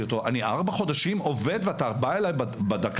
אני ארבעה חודשים עובד ואתה בא אליי בדקה